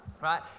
right